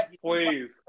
please